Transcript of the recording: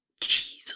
Jesus